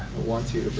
want to